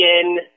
again